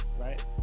right